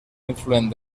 influent